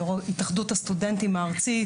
יו"ר התאחדות הסטודנטים הארצית,